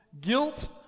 guilt